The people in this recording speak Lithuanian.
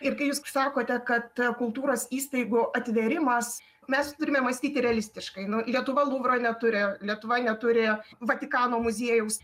ir kai jūs sakote kad kultūros įstaigų atvėrimas mes turime mąstyti realistiškai nu lietuva luvro neturi lietuva neturi vatikano muziejaus